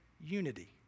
unity